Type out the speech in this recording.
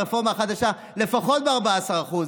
אבל בחדרה מייקרים את התחבורה ברפורמה החדשה לפחות ב-14%.